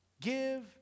give